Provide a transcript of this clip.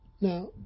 Now